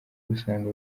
usanga